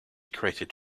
created